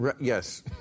Yes